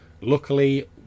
luckily